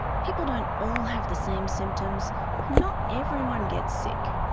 people don't all have the same symptoms and not everyone gets sick.